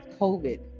covid